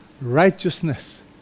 righteousness